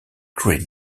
green